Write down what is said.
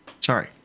sorry